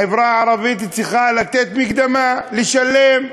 החברה הערבית צריכה לתת מקדמה, לשלם.